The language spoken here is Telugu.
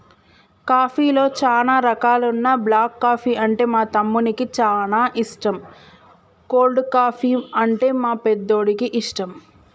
కాఫీలో చానా రకాలున్న బ్లాక్ కాఫీ అంటే మా తమ్మునికి చానా ఇష్టం, కోల్డ్ కాఫీ, అంటే మా పెద్దోడికి ఇష్టం